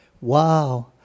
Wow